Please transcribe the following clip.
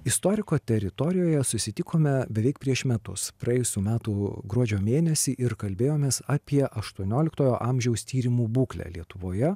istoriko teritorijoje susitikome beveik prieš metus praėjusių metų gruodžio mėnesį ir kalbėjomės apie aštuonioliktojo amžiaus tyrimų būklę lietuvoje